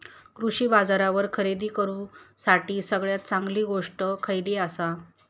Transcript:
कृषी बाजारावर खरेदी करूसाठी सगळ्यात चांगली गोष्ट खैयली आसा?